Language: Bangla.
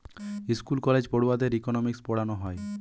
স্কুল কলেজে পড়ুয়াদের ইকোনোমিক্স পোড়ানা হয়